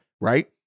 right